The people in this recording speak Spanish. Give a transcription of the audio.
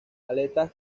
aletas